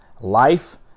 life